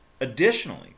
Additionally